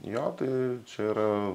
jo tai čia yra